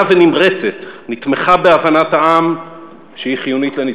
ונמרצת נתמכה בהבנת העם שהיא חיונית לניצחון".